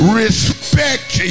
respect